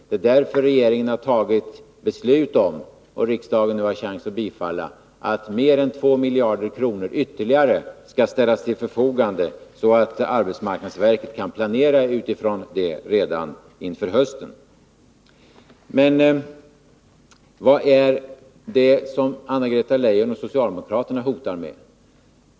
Det är därför regeringen har tagit beslut om, och riksdagen nu har möjlighet att bifalla, att mer än 2 miljarder kronor ytterligare skall ställas till förfogande, så att arbetsmarknadsverket kan planera utifrån detta redan inför hösten. Vad är det som Anna-Greta Leijon och socialdemokraterna hotar med?